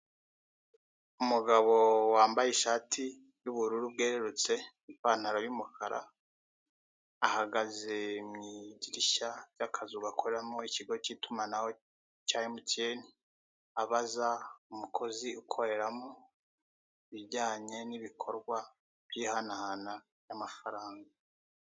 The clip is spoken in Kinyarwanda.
Umugabo wambaye ishati y'ubururu bwerurutse n'ipantaro y'umukara, ahagaze mu idirishya ry'akazu gakoreramo ikigo cy'itumanaho cya MTN, abaza umukozi ukoreramo ibijyanye n'ibikorwa by'ihanahana ry'amafaranga.